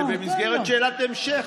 זה במסגרת שאלת המשך.